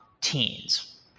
teens